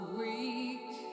weak